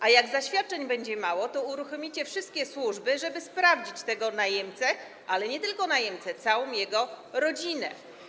A jak zaświadczeń będzie mało, to uruchomicie wszystkie służby, żeby sprawdzić tego najemcę, ale nie tylko najemcę, całą jego rodzinę.